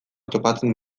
topatzen